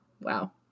wow